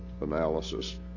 analysis